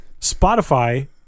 Spotify